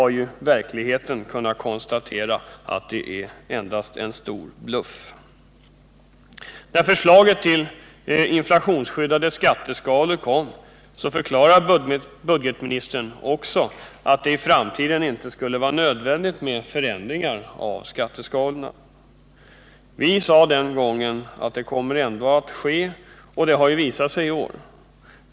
I verkligheten är det en stor och kvalificerad bluff. När förslaget till inflationsskyddade skatteskalor kom, förklarade budgetministern att det i framtiden inte skulle vara nödvändigt med förändringar av skatteskalorna. Vi sade den gången att det kommer ändå att ske, och det har ju visat sig redan i år.